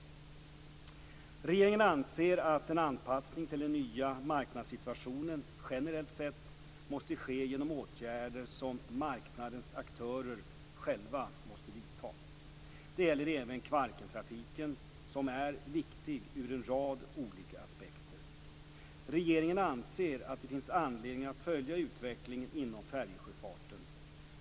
Regeringen anser att en anpassning till den nya marknadssituationen generellt sett måste ske genom åtgärder som marknadens aktörer själva vidtar. Det gäller även Kvarkentrafiken som är viktig ur en rad olika aspekter. Regeringen anser att det finns anledning att följa utvecklingen inom färjesjöfarten.